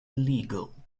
legal